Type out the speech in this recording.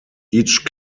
each